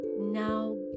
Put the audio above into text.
now